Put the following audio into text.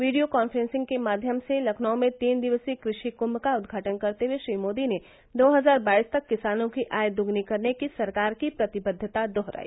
video conference के माध्यम से लखनऊ में तीन दिवसीय कृषि कुंम का उद्घाटन करते हुए श्री मोदी ने दो हजार बाईस तक किसानों की आय दोगुनी करने की सरकार की प्रतिबद्धता दोहराई